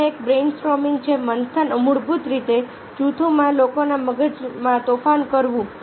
અન્ય એક બ્રેઈનસ્ટોર્મિંગ છે મંથન મૂળભૂત રીતે જૂથોમાં લોકોના મગજમાં તોફાન કરવું